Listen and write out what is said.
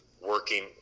working